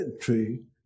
tree